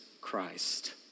Christ